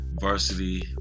varsity